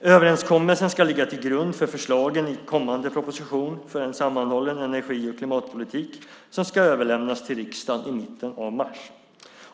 Överenskommelsen ska ligga till grund för förslagen i kommande proposition för en sammanhållen energi och klimatpolitik, som ska överlämnas till riksdagen i mitten av mars.